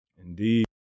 Indeed